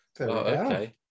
okay